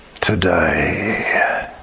today